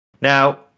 Now